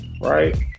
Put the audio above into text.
right